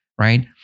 right